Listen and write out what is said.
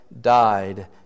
died